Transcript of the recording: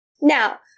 Now